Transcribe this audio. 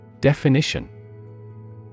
Definition